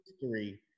history